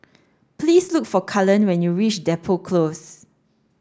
please look for Cullen when you reach Depot Close